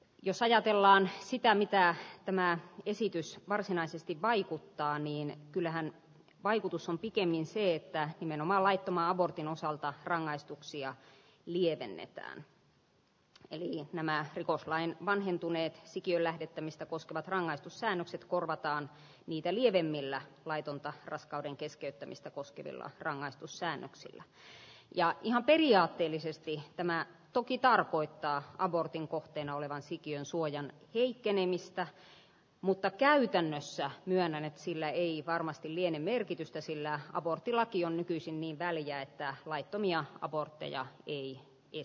jos ajatellaan sitä mitä enää esitys varsinaisesti vaikuttaa niin kyllähän vaikutus on pikemmin se että ennen oman laittoman abortin osalta rangaistuksia lievennetään neljä tämän rikoslain vanhentuneet sikiönlähdettä mistä koskevat rangaistussäännökset korvataan niitä lievimmillään laitonta raskauden keskeyttämistä koskevilla rangaistussäännöksiä ja periaatteellisesti tämän tuki tarkoittaa abortin kohteena olevan sikiön suojan heikkenemistä mutta käytännössä hyvänä sillä ei varmasti liene merkitystä sillä aborttilaki on nykyisin niin väljä että laittomia abortteja wiik if